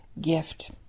gift